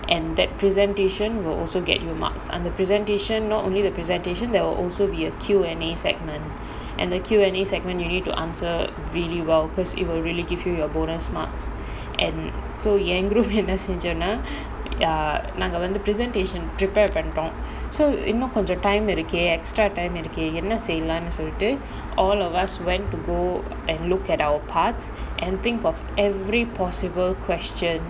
and that presentation will also get you marks and the presentation not only the presentation there will also be a Q and A segment and the Q and A segment you need to answer really well because it will really give you your bonus marks and so ஏன்:yaen group என்ன செஞ்சோம் னா:enna senjom naa நாங்க வந்து:naanga vanthu presentation prepare பண்ணிட்டோம்:pannitom so இன்னும் கொஞ்சம்:innum konjam time இருக்கே:irukae extra time இருக்கே என்ன செய்யலாம் சொல்லிட்டு:irukea enna seiyalaam solitu all of us went to go and look at our parts and think of every possible question